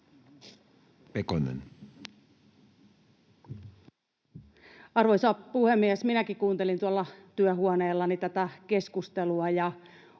Arvoisa puhemies! Minäkin kuuntelin tuolla työhuoneellani tätä keskustelua,